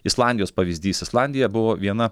islandijos pavyzdys islandija buvo viena